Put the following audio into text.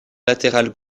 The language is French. latéral